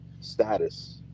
status